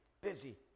busy